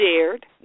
shared